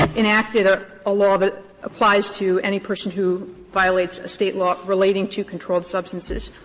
enacted or a law that applies to any person who violates a state law relating to controlled substances.